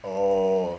oh